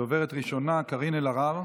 הדוברת הראשונה, קארין אלהרר.